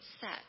set